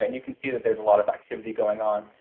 and you can see that there's a lot of activity going on.